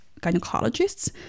gynecologists